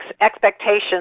expectations